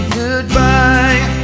goodbye